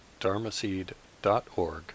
dharmaseed.org